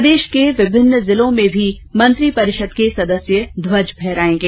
प्रदेश के विभिन्न जिलों में भी में मंत्रिपरिषद के कई सदस्य ध्वज फहरायेंगे